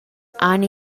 han